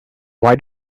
why